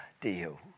deal